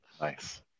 Nice